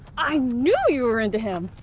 i knew you were into him.